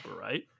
right